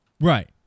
Right